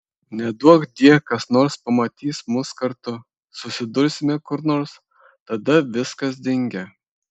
neduokdie kas nors pamatys mus kartu susidursime kur nors tada viskas dingę